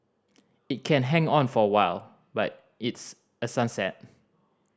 it can hang on for a while but it's a sunset